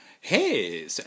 hey